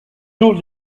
tour